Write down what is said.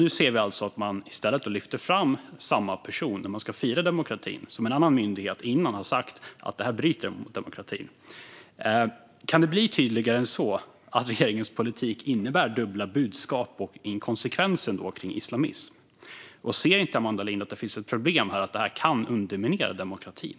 Nu ser vi alltså att man i stället lyfter fram samma person när man ska fira demokratin efter att en annan myndighet sagt att det här bryter mot demokratin. Kan det bli tydligare än så att regeringens politik innebär dubbla budskap och inkonsekvens kring islamism? Ser inte Amanda Lind att det finns ett problem här och att det kan underminera demokratin?